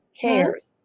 cares